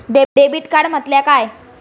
Debit card म्हटल्या काय?